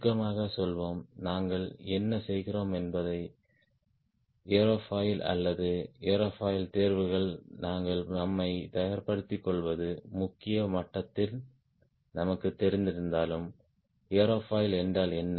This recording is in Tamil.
சுருக்கமாகச் சொல்வோம் நாங்கள் என்ன செய்கிறோம் என்பது ஏர்ஃபாயில் அல்லது ஏரோஃபாயில் தேர்வுகள் நாங்கள் நம்மை தயார்படுத்திக் கொள்வது முக்கிய மட்டத்தில் நமக்குத் தெரிந்திருந்தாலும் ஏரோஃபைல் என்றால் என்ன